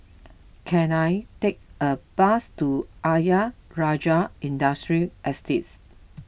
can I take a bus to Ayer Rajah Industrial Estate